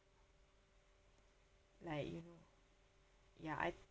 like you know ya I